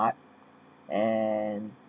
hard and